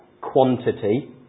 quantity